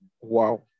Wow